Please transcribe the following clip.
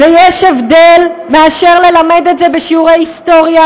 יש הבדל בין ללמד את זה בשיעורי היסטוריה